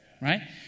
right